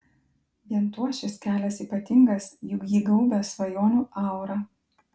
vien tuo šis kelias ypatingas juk jį gaubia svajonių aura